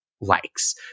Likes